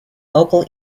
local